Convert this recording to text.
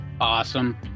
Awesome